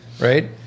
right